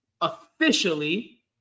officially